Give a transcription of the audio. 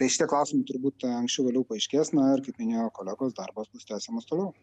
tai šitie klausimai turbūt anksčiau vėliau paaiškės na ir kaip minėjo kolegos darbas bus tęsiamas toliau